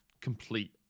complete